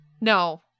No